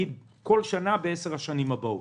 כל שנה בעשר השנים הבאות.